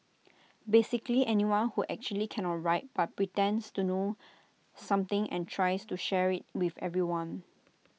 basically anyone who actually cannot write but pretends to know something and tries to share IT with everyone